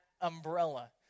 umbrella